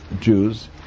Jews